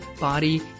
body